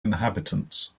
inhabitants